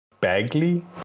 bagley